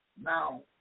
now